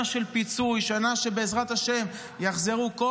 עד שלוש דקות לרשותך.